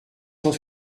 cent